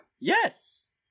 yes